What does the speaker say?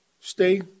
stay